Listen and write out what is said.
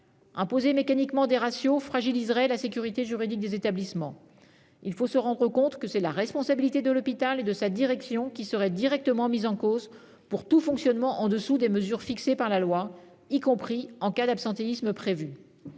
Imposer mécaniquement des ratios fragiliserait la sécurité juridique des établissements. Il faut se rendre compte que c'est la responsabilité de l'hôpital et de sa direction qui serait directement mise en cause pour tout fonctionnement en deçà des mesures fixées par la loi, y compris en cas d'absentéisme imprévu.